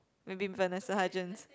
maybe Vanessa-Hudgens